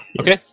Okay